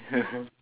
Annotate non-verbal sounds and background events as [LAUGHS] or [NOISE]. [LAUGHS]